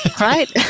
right